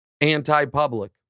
anti-public